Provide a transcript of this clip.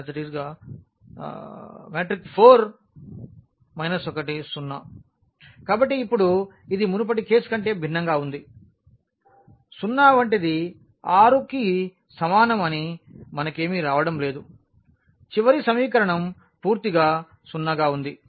4 1 0 కాబట్టి ఇప్పుడు ఇది మునుపటి కేసు కంటే భిన్నంగా ఉంది 0 వంటిది 6 కి సమానం అని మనకేమి రావడం లేదు చివరి సమీకరణం పూర్తిగా 0 గా ఉంది